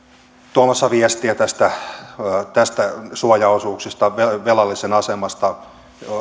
tuomassa viestiä näistä suojaosuuksista velallisen asemasta